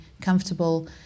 comfortable